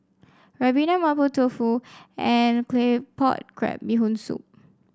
ribena Mapo Tofu and Claypot Crab Bee Hoon Soup